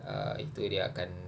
uh itu dia akan